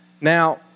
Now